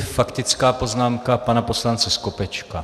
Faktická poznámka pana poslance Skopečka.